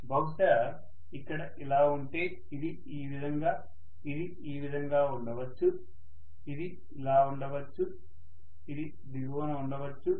బహుశా ఇక్కడ ఇలా ఉంటే ఇది ఈ విధంగా ఇది ఈ విధంగా ఉండవచ్చు ఇది ఇలా ఉండవచ్చు ఇది దిగువన ఉండవచ్చు